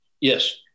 yes